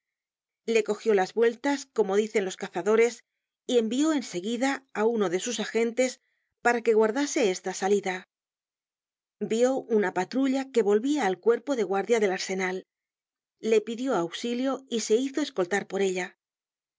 le cogió las vueltas como dicen los cazadores y envió en seguida á uno de sus agentes para que guardase esta salida vió una patrulla que volvia al cuerpo de guardia del arsenal le pidió auxilio y se hizo escoltar por ella